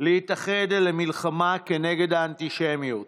להתאחד למלחמה כנגד האנטישמיות